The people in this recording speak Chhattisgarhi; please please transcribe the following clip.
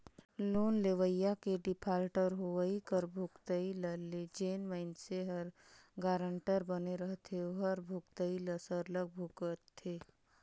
लोन लेवइया के डिफाल्टर होवई कर भुगतई ल जेन मइनसे हर गारंटर बने रहथे ओहर भुगतई ल सरलग भुगतथे